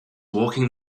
walking